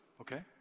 okay